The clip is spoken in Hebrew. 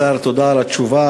אדוני השר, תודה על התשובה.